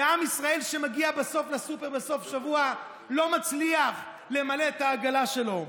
ועם ישראל שמגיע לסופר בסוף שבוע לא מצליח למלא את העגלה שלו.